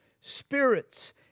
spirits